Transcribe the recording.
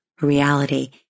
reality